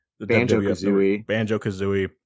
Banjo-Kazooie